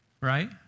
Right